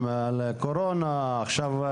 לפתוח.